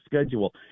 schedule